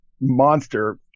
monster